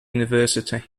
university